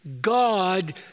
God